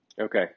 Okay